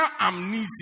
amnesia